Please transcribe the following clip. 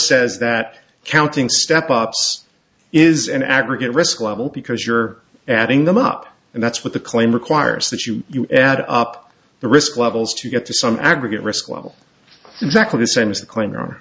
says that counting step ups is an aggregate risk level because you're adding them up and that's what the claim requires that you add up the risk levels to get to some aggregate risk level exactly the same as the